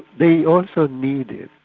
they also need it.